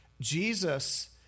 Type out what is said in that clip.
Jesus